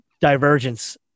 divergence